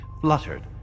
fluttered